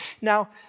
Now